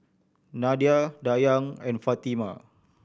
Nadia Dayang and Fatimah